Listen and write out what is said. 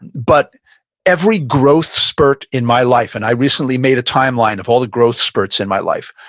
but every growth spurt in my life, and i recently made a timeline of all the growth spurts in my life,